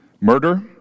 murder